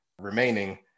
remaining